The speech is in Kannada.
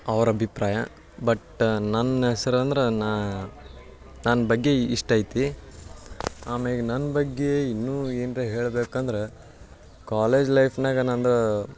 ಅವ್ರ ಅಭಿಪ್ರಾಯ ಬಟ್ ನನ್ನ ಹೆಸ್ರು ಅಂದ್ರೆ ನಾನು ನನ್ನ ಬಗ್ಗೆ ಇಷ್ಟೈತಿ ಆಮ್ಯಾಲ್ ನನ್ನ ಬಗ್ಗೆ ಇನ್ನೂ ಏನ್ರಾ ಹೇಳ್ಬೇಕಂದ್ರೆ ಕಾಲೇಜ್ ಲೈಫ್ನಾಗೆ ನಂದು